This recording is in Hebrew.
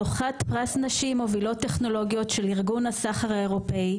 זוכת פרס נשים מובילות טכנולוגיות של ארגון השכר האירופאי,